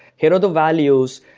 here are the values,